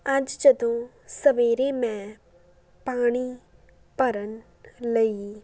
ਅੱਜ ਜਦੋਂ ਸਵੇਰੇ ਮੈਂ ਪਾਣੀ ਭਰਨ ਲਈ